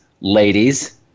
Ladies